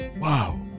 Wow